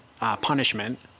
punishment